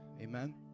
amen